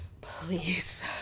please